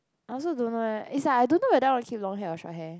I also don't know eh is like I don't know whether I want keep long hair or short hair